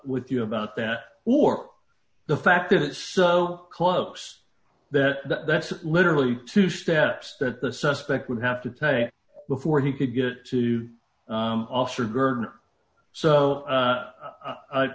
with you about that or the fact that it's so close that that's literally two steps that the suspect would have to pay before he could get to officer gurney so